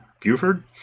Buford